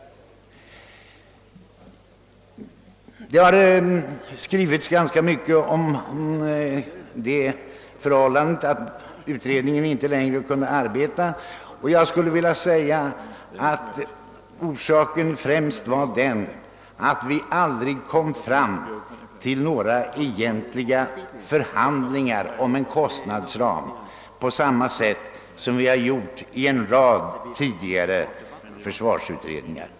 Det har skrivits rätt mycket om den saken. Orsaken härtill var främst, att vi aldrig kom fram till några egentliga förhandlingar om en kostnadsram på det sätt som vi gjort i en rad tidigare försvarsutredningar.